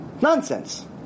Nonsense